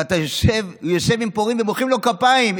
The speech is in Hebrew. יושב עם פורעים ומוחאים לו כפיים.